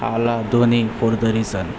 Thala Dhoni for the reason